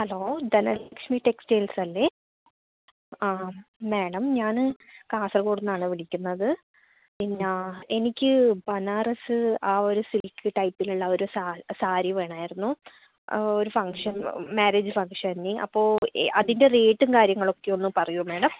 hello Dhanalakshmi textiles അല്ലെ ആ madam ഞാൻ കാസർഗോഡ് നിന്നാണ് വിളിക്കുന്നത് പിന്നെ എനിക്ക് ബനാറസ് ആ ഒരു സിൽക്ക് ടൈപ്പിലുള്ള ഒരു സാരി വേണമായിരുന്നു ഒരു ഫങ്ഷൻ മാര്യേജ് ഫങ്ഷന് അപ്പോൾ അതിൻ്റെ റേറ്റും കാര്യങ്ങളൊക്കെ ഒന്ന് പറയോ മാഡം